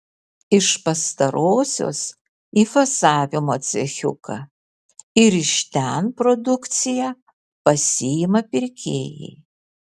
iš pastarosios į fasavimo cechiuką ir iš ten produkciją pasiima pirkėjai